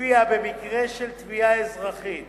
שלפיהן במקרה של תביעה אזרחית